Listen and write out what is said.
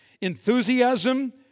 Enthusiasm